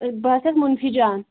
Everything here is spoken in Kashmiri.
بہٕ حظ چھَس مُنفی جان